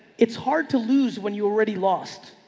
it's hard to lose when you already lost.